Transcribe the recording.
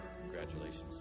congratulations